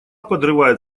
подрывает